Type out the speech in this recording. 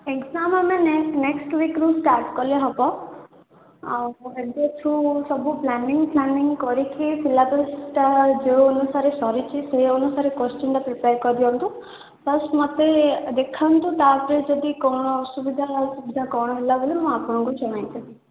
exam ଆମେ next next ଉଇକ୍ରୁ start କଲେ ହେବ ଆଉ ଏବେଠୁ ସବୁ ପ୍ଲାନିଂ ଫ୍ଲାନିଂ କରିକି ପିଲା କୋର୍ସଟା ଯେଉଁ ଅନୁସାରେ ସରିଛି ସେହି ଅନୁସାରେ କୋଶ୍ଚିନ୍ଟା ପ୍ରିପେୟାର୍ କରି ଦିଅନ୍ତୁ ଫାଷ୍ଟ୍ ମୋତେ ଦେଖାନ୍ତୁ ତା'ପରେ ଯଦି କ'ଣ ଅସୁବିଧା ଆଉ ସୁବିଧା କ'ଣ ହେଲା ବୋଲି ମୁଁ ଆପଣଙ୍କୁ ଜଣାଇଦେବି